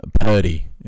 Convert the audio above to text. Purdy